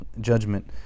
judgment